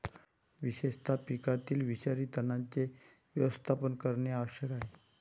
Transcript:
विशेषतः पिकातील विषारी तणांचे व्यवस्थापन करणे आवश्यक आहे